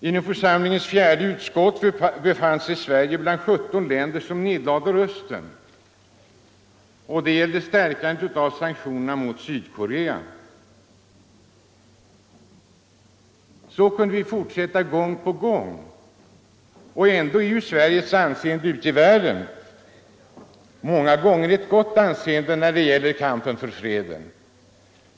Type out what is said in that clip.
I församlingens fjärde utskott befann sig Sverige bland 17 länder som nedlade sina röster 225 när det gällde stärkandet av sanktionerna mot Sydkorea. Så kunde vi fortsätta i fall efter fall. Och ändå är ju Sveriges anseende många gånger gott ute i världen när det gäller kampen för freden.